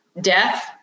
death